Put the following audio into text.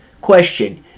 Question